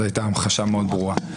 וזאת הייתה המחשה מאוד ברורה.